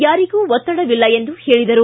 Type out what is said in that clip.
ಯಾರಿಗೂ ಒತ್ತಡವಿಲ್ಲ ಎಂದು ಹೇಳಿದರು